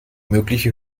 mögliche